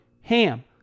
HAM